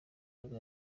nibwo